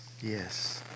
yes